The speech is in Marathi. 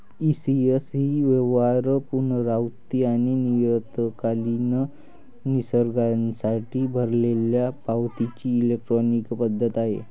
ई.सी.एस ही व्यवहार, पुनरावृत्ती आणि नियतकालिक निसर्गासाठी भरलेल्या पावतीची इलेक्ट्रॉनिक पद्धत आहे